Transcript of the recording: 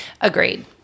Agreed